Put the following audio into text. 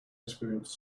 experience